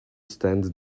stand